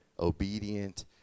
obedient